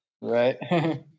Right